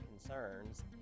concerns